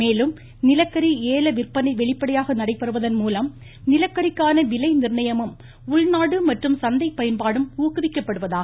மேலும் நிலக்கரி ஏல விற்பனை வெளிப்படையாக நடைபெறுவதன் மூலம் நிலக்கரிக்கான விலை நிர்ணயமும் உள்நாடு மற்றும் சந்தை பயன்பாடும் ஊக்குவிக்கப்படுவதாக எடுத்துரைத்தாா்